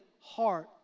heart